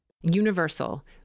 Universal